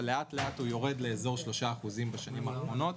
אבל לאט לאט הוא יורד לאזור 3% בשנים האחרונות.